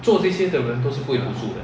ya